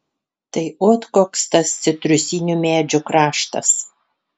tai ot koks tas citrusinių medžių kraštas